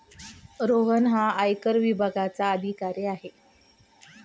रोहन हा आयकर विभागाचा अधिकारी आहे